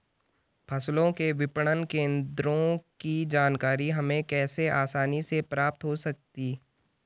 फसलों के विपणन केंद्रों की जानकारी हमें कैसे आसानी से प्राप्त हो सकती?